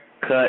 cut